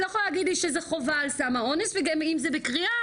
את לא יכולה להגיד לי שזה חובה על סם האונס וגם אם זה בקריאה,